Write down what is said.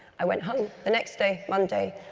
i went home the next day, monday,